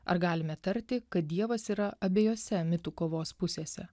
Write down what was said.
ar galime tarti kad dievas yra abiejose mitų kovos pusėse